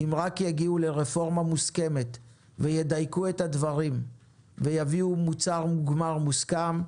אם רק יגיעו לרפורמה מוסכמת וידייקו את הדברים ויביאו מוצר מוגמר מוסכם,